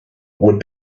would